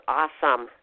awesome